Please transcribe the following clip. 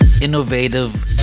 innovative